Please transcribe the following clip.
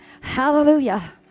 Hallelujah